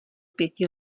pěti